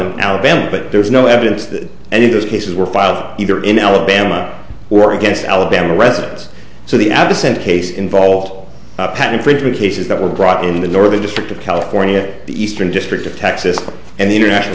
in alabama but there's no evidence that any of those cases were filed either in alabama or against alabama residents so the ad descent case involved a patent bridge with cases that were brought in the northern district of california the eastern district of texas and the international